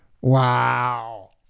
Wow